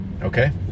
okay